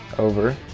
over,